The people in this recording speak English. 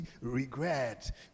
regret